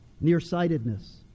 nearsightedness